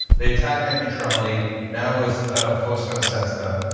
they attacked net neutrality. now with fosta and sesta,